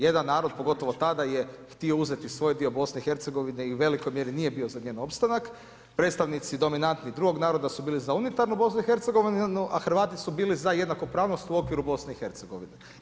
Jedan narod, pogotovo tada je htio uzeti svoj BiH-a, i u velikoj mjeri nije bi za njen opstanak, predstavnici dominantnog drugog naroda su bili za unitarnu BiH-a a Hrvati su bili za jednakopravnost u okviru BiH-a.